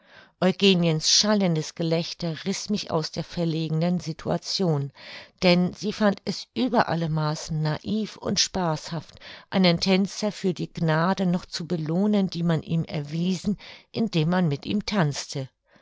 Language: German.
eugeniens schallendes gelächter riß mich aus der verlegenen situation denn sie fand es über alle maßen naiv und spaßhaft einen tänzer für die gnade noch zu belohnen die man ihm erwiesen indem man mit ihm tanzte